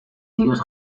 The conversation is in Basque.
tiroz